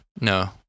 no